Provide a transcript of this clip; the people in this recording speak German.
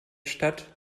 stadt